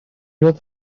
oedd